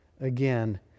Again